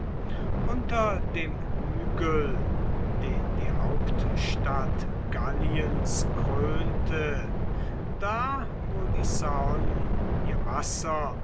unter dem hügel den die hauptstadt galliens krönte da wo die sane ihr wasser